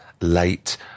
late